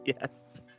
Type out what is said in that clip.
Yes